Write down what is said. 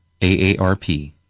AARP